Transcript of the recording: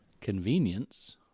convenience